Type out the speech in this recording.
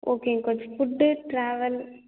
ஓகேங்க coach food travel